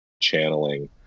channeling